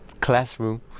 classroom